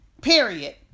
Period